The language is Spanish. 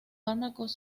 fármacos